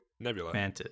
nebula